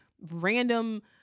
random